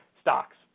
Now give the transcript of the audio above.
stocks